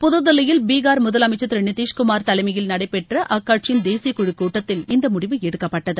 புதுதில்லியில் பீகார் முதலமைச்சர் திரு நிதிஷ் குமார் தலைமையில் நடைபெற்ற அக்கட்சியின் தேசிய குழுக் கூட்டத்தில் இந்த முடிவு எடுக்கப்பட்டது